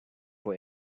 for